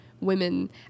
women